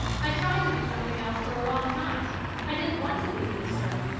i tried to be something else for a long time i didn't want to be a minister.